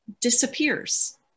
disappears